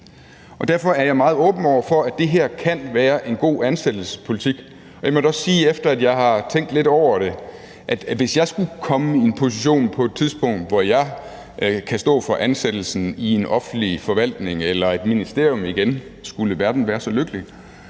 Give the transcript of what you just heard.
Derfor er jeg meget åben over for, at det her kan være en god ansættelsespolitik. Jeg må da også sige, at efter jeg har tænkt lidt over det, at hvis jeg skulle komme i en position på et tidspunkt, hvor jeg kunne stå for ansættelsen i en offentlig forvaltning eller i et ministerium igen – skulle verden være så lykkelig